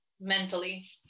mentally